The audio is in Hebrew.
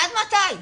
עד מתי?